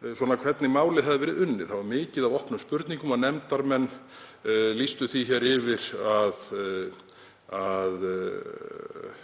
hvernig málið hefði verið unnið. Það var mikið af opnum spurningum og nefndarmenn lýstu því yfir að